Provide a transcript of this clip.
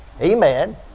Amen